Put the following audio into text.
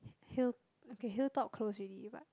hill okay hilltop close already but